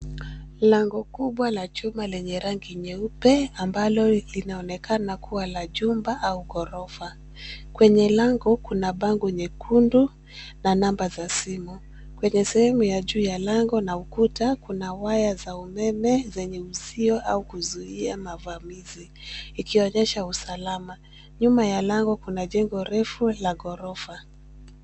Lango kubwa la chuma lenye rangi nyeupe ambalo linaonekana kuwa la jumba au ghorofa. Kwenye lango kuna bango nyekundu na namba za simu. Kwenye sehemu ya juu ya lango na ukuta kuna waya za umeme zenye uzio au kuzuia mavamizi ikionyesha usalama. Nyuma ya lango kuna jengo refu la ghorofa.